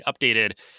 updated